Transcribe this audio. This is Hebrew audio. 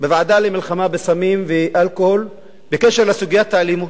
בוועדה למלחמה בנגע הסמים והאלכוהול דיון בנוגע לסוגיית האלימות.